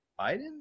Biden